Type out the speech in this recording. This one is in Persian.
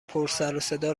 پرسرصدا